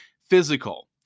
physical